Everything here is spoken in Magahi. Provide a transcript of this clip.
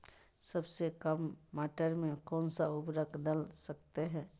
सबसे काम मटर में कौन सा ऊर्वरक दल सकते हैं?